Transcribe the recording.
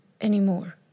anymore